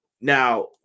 Now